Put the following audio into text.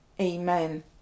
Amen